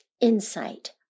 Insight